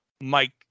Mike